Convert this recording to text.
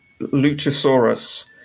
Luchasaurus